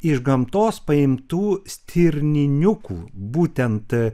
iš gamtos paimtų stirniniukų būtent